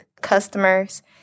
customers